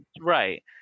Right